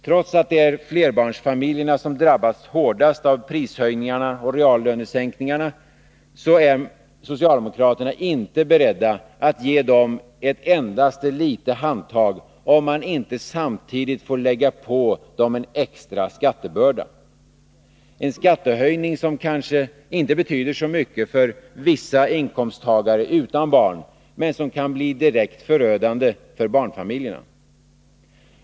Trots att det är flerbarnsfamiljerna som drabbas hårdast av prishöjningarna och reallönesänkningarna, är socialdemokraterna inte beredda att ge dem ett endaste litet handtag, om man inte samtidigt får lägga på dem en extra skattebörda — en skattehöjning som kanske inte betyder så mycket för vissa inkomsttagare utan barn men som kan bli direkt förödande för barnfamiljerna.